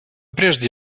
прежде